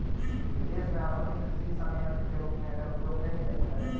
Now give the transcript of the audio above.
विदेश में आधुनिक कृषि सन्यन्त्र के रूप में एकर उपयोग कैल जाइत हई